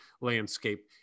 landscape